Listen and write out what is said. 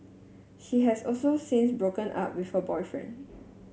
she has also since broken up with her boyfriend